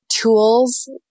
tools